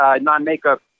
non-makeup